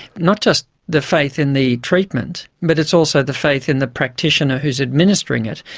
not just the faith in the treatment but it's also the faith in the practitioner who is administering it,